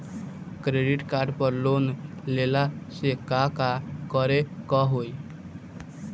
Credit card पर loan लेला से का का करे क होइ?